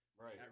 right